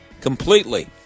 completely